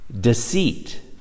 deceit